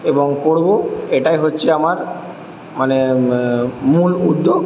এবং করবো এটাই হচ্ছে আমার মানে মূল উদ্যোগ